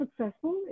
successful